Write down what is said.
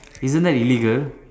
isn't that illegal